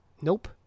Nope